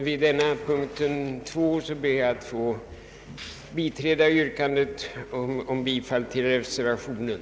Vid punkten 2 ber jag att få yrka bifall till reservationen.